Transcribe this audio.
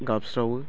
गाबस्रावो